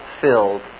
filled